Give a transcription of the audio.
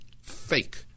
fake